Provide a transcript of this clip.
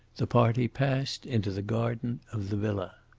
the party passed into the garden of the villa.